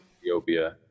Ethiopia